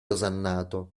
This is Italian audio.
osannato